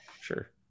sure